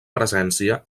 presència